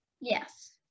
Yes